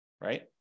right